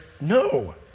No